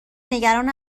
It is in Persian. نگران